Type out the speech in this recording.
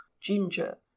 ginger